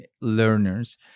learners